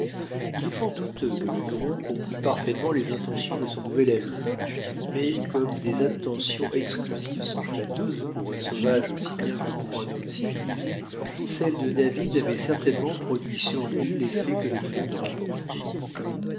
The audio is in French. il est fort douteux que le huron comprit parfaitement les intentions de son nouvel ami mais comme des attentions exclusives sont flatteuses pour un sauvage aussi bien que pour un homme civilisé celles de david avaient certainement produit sur lui l'effet que nous venons de rapporter